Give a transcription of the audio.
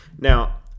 Now